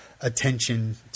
attention